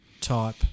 type